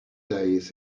days